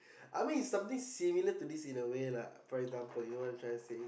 I mean it's something similar to this in a way lah for example you know what I tryna say